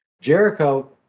Jericho